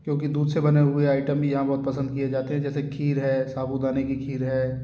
क्योंकि दूध से बने हुए आइटम भी यहाँ बहुत पसंद किए जाते हैं जैसे खीर है साबूदाने की खीर है